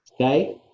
okay